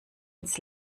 ins